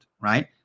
right